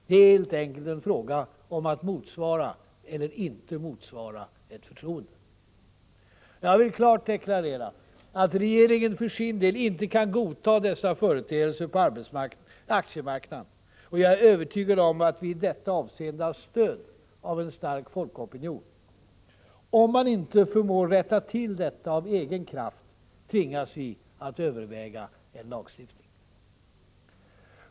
Det är helt enkelt en fråga om att motsvara eller icke motsvara ett förtroende. Jag vill klart deklarera att regeringen för sin del inte kan godta dessa företeelser på aktiemarknaden, och jag är övertygad om att vi i detta — Prot. 1985/86:70 avseende har stöd av en stark folkopinion. Om man inte förmår rätta till detta 5 februari 1986 av egen kraft, tvingas vi att överväga lagstiftning.